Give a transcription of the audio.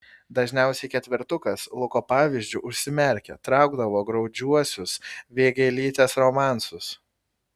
dažniausiai ketvertukas luko pavyzdžiu užsimerkę traukdavo graudžiuosius vėgėlytės romansus